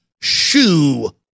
shoe